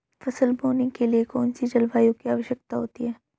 फसल बोने के लिए कौन सी जलवायु की आवश्यकता होती है?